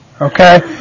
Okay